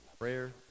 Prayer